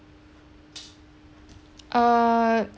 uh